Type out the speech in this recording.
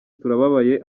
turababaye